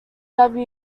henry